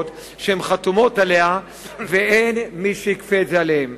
שהן חתומות עליהן ואין מי שיכפה את זה עליהן.